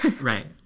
Right